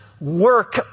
work